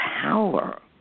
power